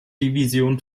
division